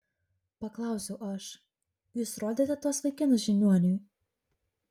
paklausiau aš jūs rodėte tuos vaikinus žiniuoniui